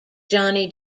johnny